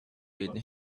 with